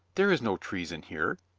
there is no treason here.